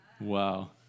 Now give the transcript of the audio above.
Wow